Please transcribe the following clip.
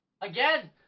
Again